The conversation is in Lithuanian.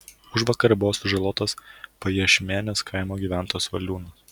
užvakar buvo sužalotas pajiešmenės kaimo gyventojas valiūnas